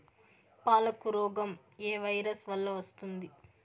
పాలకు రోగం ఏ వైరస్ వల్ల వస్తుంది?